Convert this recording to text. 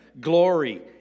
glory